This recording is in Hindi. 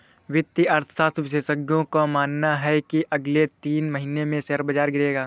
वित्तीय अर्थशास्त्र विशेषज्ञों का मानना है की अगले तीन महीने में शेयर बाजार गिरेगा